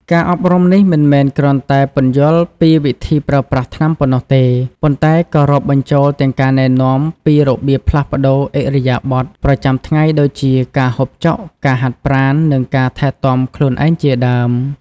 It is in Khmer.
ការអប់រំនេះមិនមែនគ្រាន់តែពន្យល់ពីវិធីប្រើប្រាស់ថ្នាំប៉ុណ្ណោះទេ ប៉ុន្តែក៏រាប់បញ្ចូលទាំងការណែនាំពីរបៀបផ្លាស់ប្តូរឥរិយាបថប្រចាំថ្ងៃដូចជាការហូបចុក ការហាត់ប្រាណ និងការថែទាំខ្លួនឯងជាដើម។